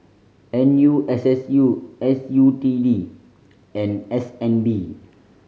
N U S S U S U T D and S N B